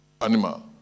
animal